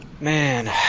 Man